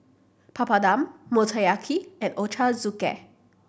Papadum Motoyaki and Ochazuke